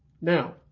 Now